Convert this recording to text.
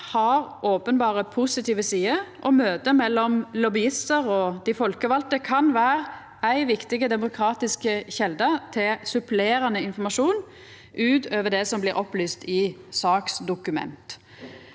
har openberre positive sider, og møte mellom lobbyistar og dei folkevalde kan vera ei viktig demokratisk kjelde til supplerande informasjon utover det som blir opplyst i saksdokument.